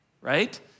right